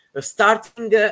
starting